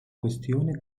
questione